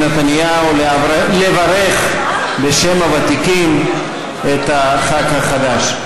נתניהו לברך בשם הוותיקים את חבר הכנסת החדש.